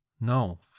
No